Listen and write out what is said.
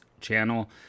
channel